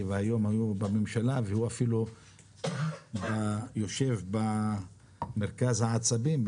והיום הוא בממשלה והוא אפילו יושב במרכז העצבים,